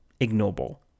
ignoble